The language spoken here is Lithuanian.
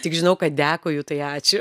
tik žinau kad dekoju tai ačiū